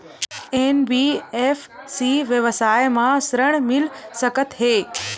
NBFC व्यवसाय मा ऋण मिल सकत हे